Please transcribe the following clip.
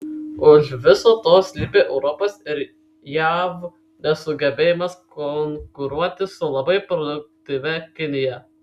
už viso to slypi europos ir jav nesugebėjimas konkuruoti su labai produktyvia kinija